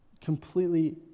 completely